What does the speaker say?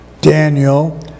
Daniel